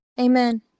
Amen